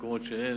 במקומות שאין,